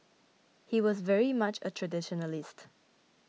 he was very much a traditionalist